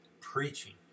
preaching